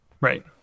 Right